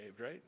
right